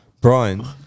Brian